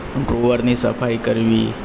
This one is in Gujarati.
ડ્રોવરની સફાઇ કરવી